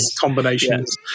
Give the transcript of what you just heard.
combinations